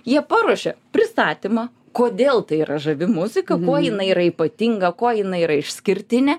jie paruošia pristatymą kodėl tai yra žavi muzika kuo jinai yra ypatinga kuo jinai yra išskirtinė